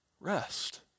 rest